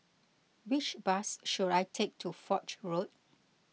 which bus should I take to Foch Road